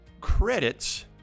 credits